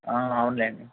అవును లేండి